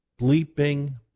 bleeping